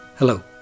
Hello